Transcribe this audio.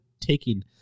taking